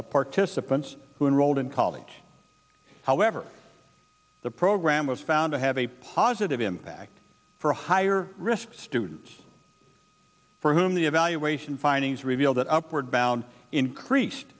of participants who enrolled in college however the program was found to have a positive impact for higher risk students for whom the evaluation findings reveal that upward bound increased